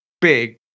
big